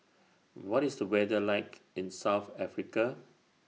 What IS The weather like in South Africa